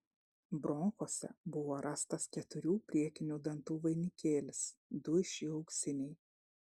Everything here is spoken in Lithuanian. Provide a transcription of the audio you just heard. bronchuose buvo rastas keturių priekinių dantų vainikėlis du iš jų auksiniai